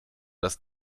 das